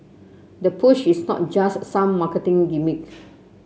the push is not just some marketing gimmick